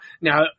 Now